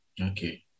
Okay